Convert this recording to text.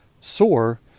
sore